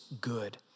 good